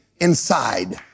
inside